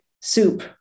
soup